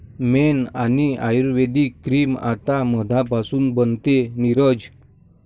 मेण आणि आयुर्वेदिक क्रीम आता मधापासून बनते, नीरज